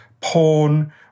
porn